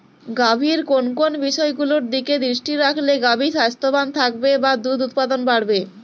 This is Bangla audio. গাভীর কোন কোন বিষয়গুলোর দিকে দৃষ্টি রাখলে গাভী স্বাস্থ্যবান থাকবে বা দুধ উৎপাদন বাড়বে?